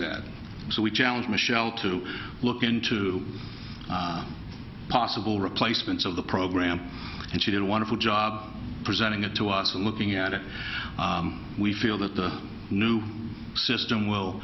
that so we challenge michele to look into possible replacements of the program and she did a wonderful job presenting it to us and looking at it we feel that the new system will